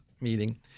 meeting